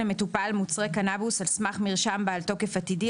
למטופל מוצרי קנבוס על סמך מרשם בעל תוקף עתידי,